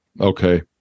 Okay